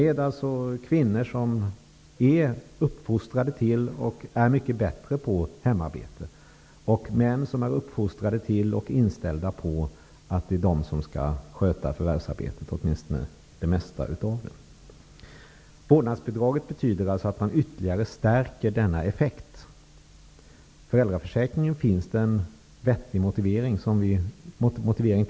Kvinnor är uppfostrade till och är mycket bättre på hemarbete. Män är uppfostrade till och är inställda på att de skall sköta förvärsarbetet, eller åtminstone det mesta av det. Vårdnadsbidraget betyder att man ytterligare stärker denna effekt. Det finns en vettig motivering till föräldraförsäkringen.